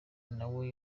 nawe